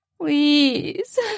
please